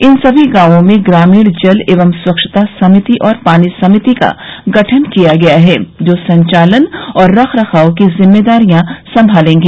इन सभी गांवों में ग्रामीण जल एवं स्वच्छता समिति और पानी समिति का गठन किया गया है जो संचालन और रखरखाव की जिम्मेदारी संभालेंगी